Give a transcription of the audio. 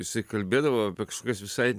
jisai kalbėdavo kažkokias visai